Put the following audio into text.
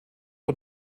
von